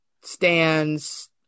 stands